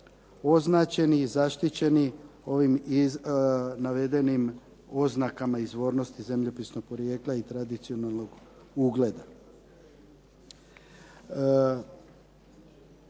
označeni i zaštićeni ovim navedenim oznakama izvornosti zemljopisnog porijekla i tradicionalnog ugleda.